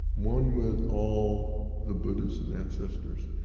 one with all the buddhism ancestors,